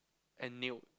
and nailed